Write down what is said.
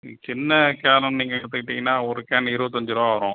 சின்ன கேனு நீங்கள் எடுத்துக்கிட்டிங்கனால் ஒரு கேனு இருபத்தஞ்சு ருபா வரும்